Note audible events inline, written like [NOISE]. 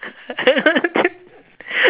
[LAUGHS]